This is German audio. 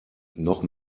noch